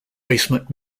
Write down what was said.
basement